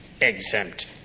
exempt